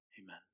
Amen